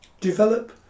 develop